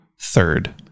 third